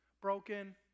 broken